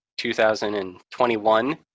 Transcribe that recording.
2021